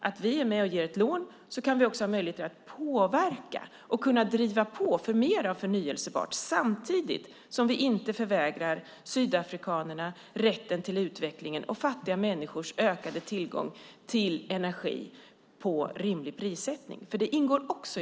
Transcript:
Är vi med och ger ett lån har vi möjligheter att påverka och driva på för mer förnybart samtidigt som vi inte förvägrar sydafrikanerna rätten till utveckling och fattiga människors tillgång till energi med rimlig prissättning, vilket också ingår i paketet.